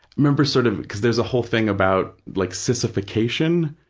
remember sort of, because there's a whole thing about like sissification,